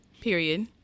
period